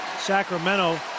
Sacramento